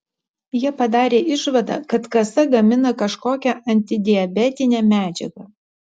jie padarė išvadą kad kasa gamina kažkokią antidiabetinę medžiagą